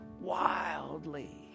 wildly